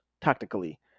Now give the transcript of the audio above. tactically